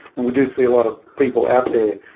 and we do see a lot of people out there,